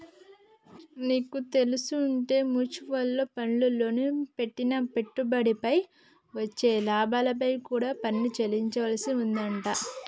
నీకు తెల్సుంటే మ్యూచవల్ ఫండ్లల్లో పెట్టిన పెట్టుబడిపై వచ్చే లాభాలపై కూడా పన్ను చెల్లించాల్సి వత్తదంట